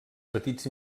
petits